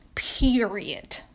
Period